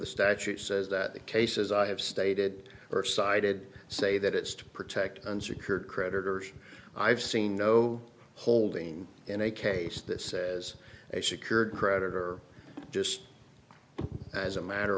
the statute says that the cases i have stated or cited say that it's to protect unsecured creditors i've seen no holding in a case that says a secured credit or just as a matter